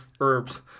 herbs